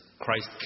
Christ